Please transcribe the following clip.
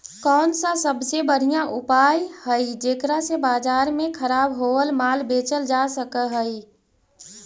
कौन सा सबसे बढ़िया उपाय हई जेकरा से बाजार में खराब होअल माल बेचल जा सक हई?